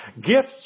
gifts